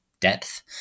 depth